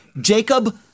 Jacob